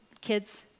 kids